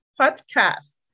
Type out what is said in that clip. podcast